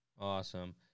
Awesome